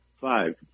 Five